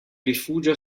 rifugia